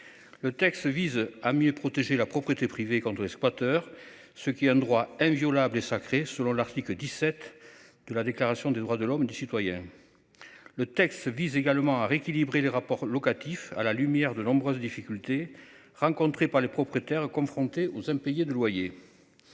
Le texte vise à mieux protéger la propriété privée quand tous les squatters, ce qui est un droit inviolable et sacrée, selon l'article 17 de la déclaration des droits de l'homme et du citoyen. Le texte vise également à rééquilibrer les rapports locatifs, à la lumière de nombreuses difficultés rencontrées par les propriétaires confrontés aux impayés de loyers.